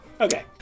Okay